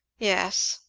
yes,